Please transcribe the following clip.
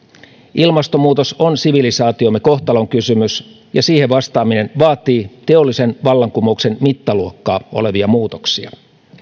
ilmastonmuutos on sivilisaatiomme kohtalonkysymys ja siihen vastaaminen vaatii teollisen vallankumouksen mittaluokkaa olevia muutoksia